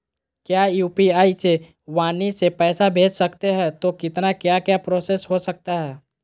क्या यू.पी.आई से वाणी से पैसा भेज सकते हैं तो कितना क्या क्या प्रोसेस हो सकता है?